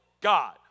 God